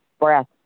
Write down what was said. breath